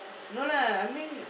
no lah I mean